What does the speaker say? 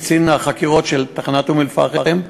מקצין החקירות של תחנת אום-אלפחם,